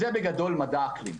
זה בגדול מדע האקלים.